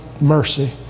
mercy